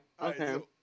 Okay